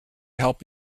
help